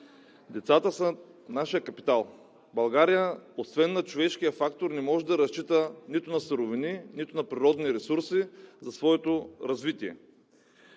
Децата са нашия капитал! Освен на човешкия фактор България не може да разчита нито на суровини, нито на природни ресурси за своето развитие.